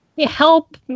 Help